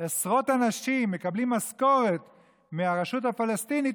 עשרות אנשים ומקבלים משכורת מהרשות הפלסטינית.